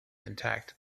intact